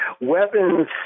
Weapons